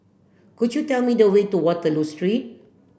could you tell me the way to Waterloo Street